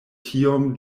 tiom